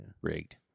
Rigged